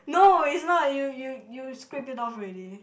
no it's not you you you scrape it off already